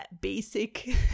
basic